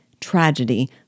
tragedy